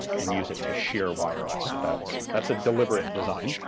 and use it to shear wire off. that's that's a deliberate design.